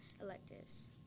electives